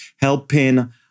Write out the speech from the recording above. helping